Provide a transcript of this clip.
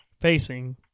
facing